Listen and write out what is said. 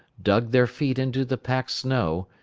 dug their feet into the packed snow,